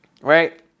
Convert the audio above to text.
right